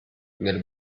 nel